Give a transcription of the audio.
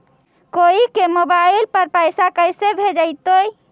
कोई के मोबाईल पर पैसा कैसे भेजइतै?